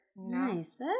Nice